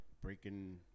breaking